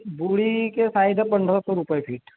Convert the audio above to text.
बुड़ी के साइड है पंद्रह सौ रुपये फिट